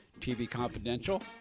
tvconfidential